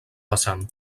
vessant